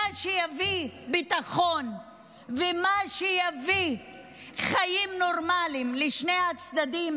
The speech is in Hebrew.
מה שיביא ביטחון ומה שיביא חיים נורמליים לשני הצדדים,